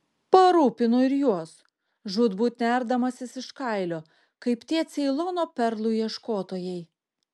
parūpinu ir juos žūtbūt nerdamasis iš kailio kaip tie ceilono perlų ieškotojai